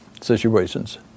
situations